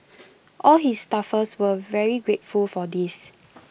all his staffers were very grateful for this